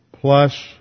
plus